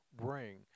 bring